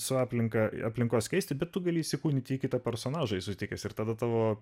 su aplinka aplinkos keisti bet tu gali įsikūnyti į kitą personažą jis sutikęs ir tada tavo